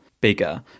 bigger